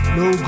no